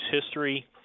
history